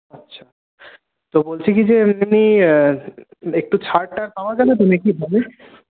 আচ্ছা তো বলছি কি যে এমনি একটু ছাড়টার পাওয়া যাবে তো নাকি গিয়ে